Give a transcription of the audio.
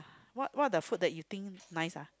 what what the food that you think nice ah